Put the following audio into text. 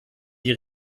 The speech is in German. die